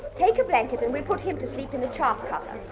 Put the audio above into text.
take a blanket and we'll put him to sleep in the chaffcutter.